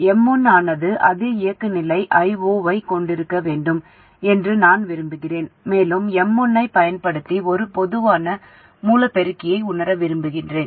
M1 ஆனது அதே இயங்குநிலை I0 ஐக் கொண்டிருக்க வேண்டும் என்று நான் விரும்புகிறேன் மேலும் M1 ஐப் பயன்படுத்தி ஒரு பொதுவான மூல பெருக்கியை உணர விரும்புகிறேன்